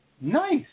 Nice